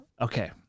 Okay